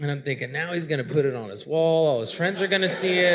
and and thinking, now he's going to put it on his wall, all his friends are going to see it,